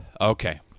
Okay